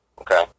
okay